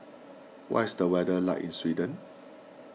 what is the weather like in Sweden